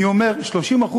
אני אומר, 30%,